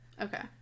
okay